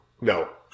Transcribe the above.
No